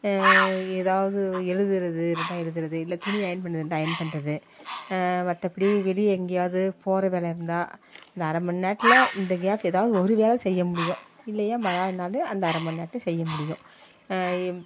ஏதாவது எழுதுவது இருந்தால் எழுதுவது இல்லை துணி அயன் பண்ணுறது இருந்தால் அயன் பண்ணுறது மற்றபடி வெளியே எங்கேயாவது போகிற வேலை இருந்தால் அந்த அரை மணி நேரத்தில் இந்த கேப் ஏதாவது ஒரு வேலை செய்ய முடியும் இல்லையா மறாவது நாள் அந்த அரை மணி நேரத்தை செய்ய முடியும்